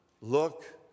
look